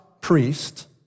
priest